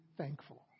thankful